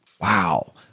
Wow